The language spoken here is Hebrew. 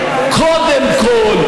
רגע, רגע.